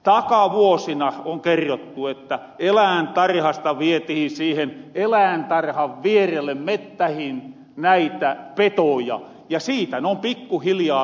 takavuosina on kerrottu että elääntarhasta vietihin siihen elääntarhan vierelle mettähin näitä petoja ja siitä ne on pikkuhiljaa levenny